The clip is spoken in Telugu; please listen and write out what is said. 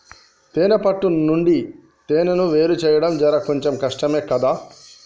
తేనే పట్టు నుండి తేనెను వేరుచేయడం జర కొంచెం కష్టమే గదా